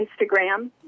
Instagram